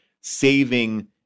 saving